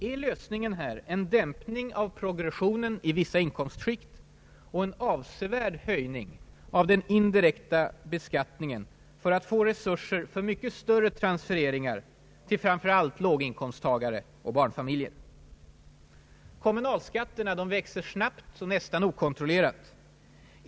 Är lösningen här en dämpning av progressionen i vissa inkomstskikt och en avsevärd höjning av den indirekta skatten för att få resurser för mycket större transfereringar till framför allt låginkomsttagare och barnfamiljer? Kommunalskatterna växer snabbt och nästan okontrollerat.